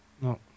No